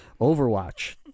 Overwatch